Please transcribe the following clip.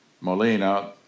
Molina